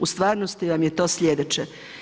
U stvarnosti vam je to slijedeće.